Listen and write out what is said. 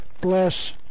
bless